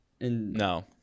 No